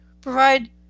provide